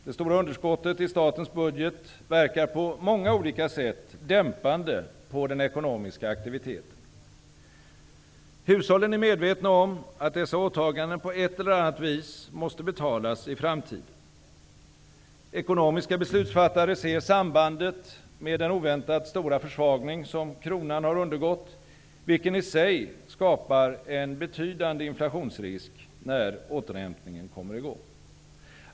Det stora underskottet i statens budget verkar på många olika sätt dämpande på den ekonomiska aktiviteten. Hushållen är medvetna om att dessa åtaganden på ett eller annat vis måste betalas i framtiden. Ekonomiska beslutsfattare ser sambandet med den oväntat stora försvagning som kronan har undergått, vilket i sig skapar en betydande inflationsrisk när återhämtningen kommer i gång.